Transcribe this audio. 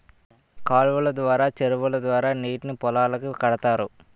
కాలువలు ద్వారా చెరువుల ద్వారా నీటిని పొలాలకు కడతారు